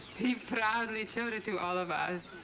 he proudly showed it to all of us.